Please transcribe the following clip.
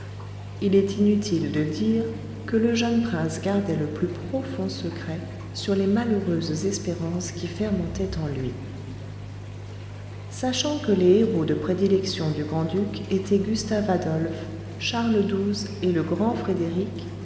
il est inutile de dire que le jeune prince gardait le plus profond secret sur les malheureuses espérances qui fermentaient en lui sachant que les héros de prédilection du grand-duc étaient gustave adolphe charles xii et le grand frédéric